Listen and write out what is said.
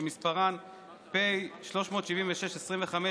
שמספריהן פ/376/25,